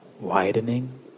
widening